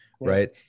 right